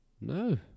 No